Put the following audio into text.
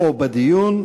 או בדיון.